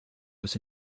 was